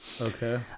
Okay